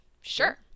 sure